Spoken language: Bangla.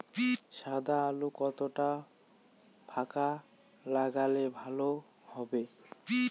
সাদা আলু কতটা ফাকা লাগলে ভালো হবে?